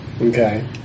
Okay